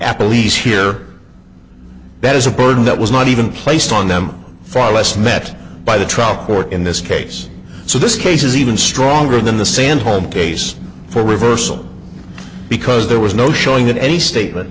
apple lease here that is a burden that was not even placed on them far less met by the trial court in this case so this case is even stronger than the san home case for reversal because there was no showing in any statement